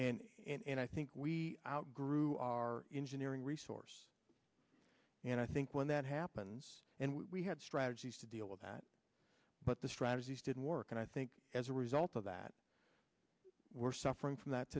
and i think we outgrew our engineering resource and i think when that happens and we had strategies to deal with that but the strategies didn't work and i think as a result of that we're suffering from that